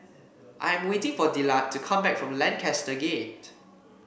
I am waiting for Dillard to come back from Lancaster Gate